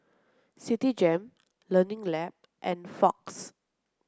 Citigem Learning Lab and Fox